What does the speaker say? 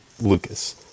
Lucas